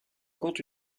compte